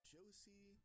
Josie